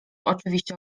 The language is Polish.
oczywiście